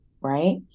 right